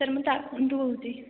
sir ମୁଁ ତାଳବଣିରୁ କହୁଛି